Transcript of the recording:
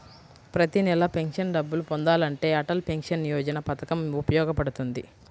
ప్రతి నెలా పెన్షన్ డబ్బులు పొందాలంటే అటల్ పెన్షన్ యోజన పథకం ఉపయోగపడుతుంది